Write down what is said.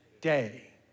day